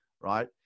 right